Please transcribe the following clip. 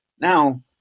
Now